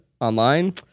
online